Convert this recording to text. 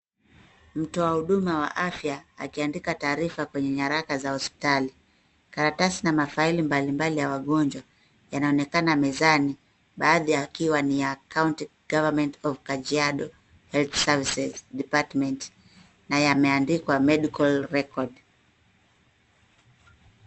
Mtoa huduma wa afya akiandika tarehe kwenye nyaraka za hospitali. Karatasi na mafaili mbalimbali ya wagonjwa yanaonekana mezani baadhi yakiwa ni ya County Government of Kajiado Health Services Department na yameandikwa medical record .